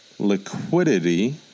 liquidity